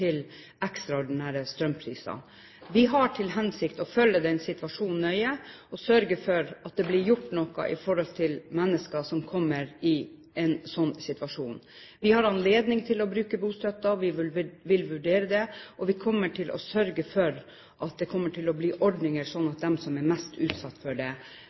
ekstraordinære strømpriser. Vi har til hensikt å følge den situasjonen nøye og sørge for at det blir gjort noe med tanke på mennesker som kommer i en slik situasjon. Vi har anledning til å bruke bostøtten, og vi vil vurdere det. Vi kommer til å sørge for at det blir ordninger, slik at de som er mest utsatt for det,